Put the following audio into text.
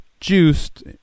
juiced